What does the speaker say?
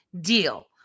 deal